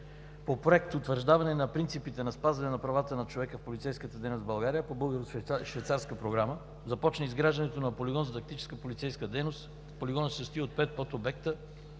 По Проект „Утвърждаване на принципите на спазване на правата на човека в полицейската дейност в България“ по българо-швейцарска програма започна изграждането на полигон за тактическа полицейска дейност. Полигонът се състои от пет подобекта